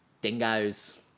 dingoes